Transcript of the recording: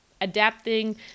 adapting